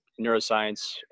neuroscience